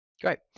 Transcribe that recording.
Great